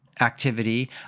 Activity